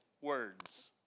words